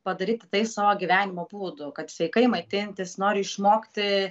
padaryti tai savo gyvenimo būdo kad sveikai maitintis noriu išmokti